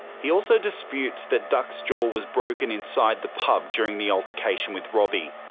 he also disputes that duck's jaw was broken inside the pub during the altercation with robbie.